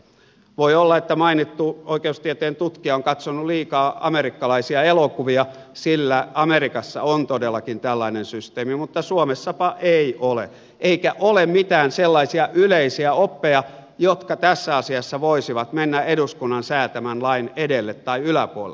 voi olla että mainittu oikeustieteen tutkija on katsonut liikaa amerikkalaisia elokuvia sillä amerikassa on todellakin tällainen systeemi mutta suomessapa ei ole eikä ole mitään sellaisia yleisiä oppeja jotka tässä asiassa voisivat mennä eduskunnan säätämän lain edelle tai yläpuolelle